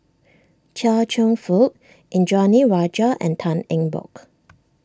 Chia Cheong Fook Indranee Rajah and Tan Eng Bock